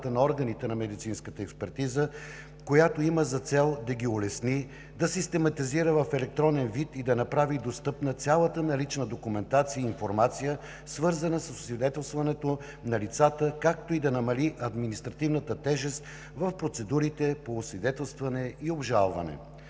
на органите на медицинската експертиза, която има за цел да ги улесни, да систематизира в електронен вид и да направи достъпна цялата налична документация и информация, свързана с освидетелстването на лицата, както и да намали административната тежест в процедурите по освидетелстване и обжалване.